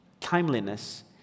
timeliness